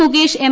Mukesh M